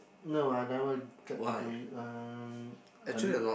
no I never get to do it um a lot